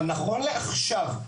אבל נכון לעכשיו,